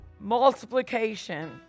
multiplication